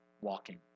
walking